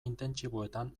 intentsiboetan